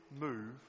move